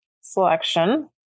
selection